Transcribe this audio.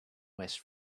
west